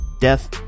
Death